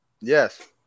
Yes